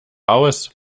aus